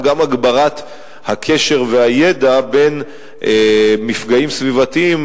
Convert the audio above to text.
הגברת הידע על הקשר בין מפגעים סביבתיים,